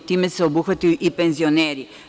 Time se obuhvataju i penzioneri.